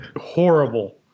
Horrible